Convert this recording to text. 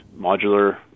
modular